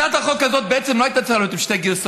הצעת החוק הזאת בעצם לא הייתה צריכה להיות עם שתי גרסאות,